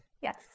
Yes